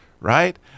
right